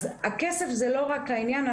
אז הכסף זה לא רק העניין.